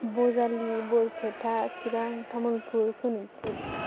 Bajali Barpeta Chirang Tamulpur Sonitpur